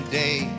day